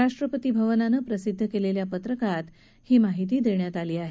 राष्ट्रपती भवनानं प्रसिद्ध केलेल्या पत्रकात ही माहिती देण्यात आहे